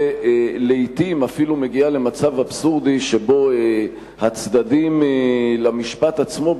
ולעתים אפילו מגיעה למצב אבסורדי שבו הצדדים למשפט עצמו,